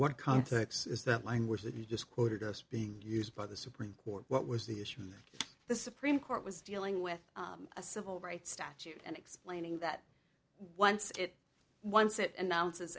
what context is that language that you just quoted us being used by the supreme court what was the issue that the supreme court was dealing with a civil rights statute and explaining that once it once it announces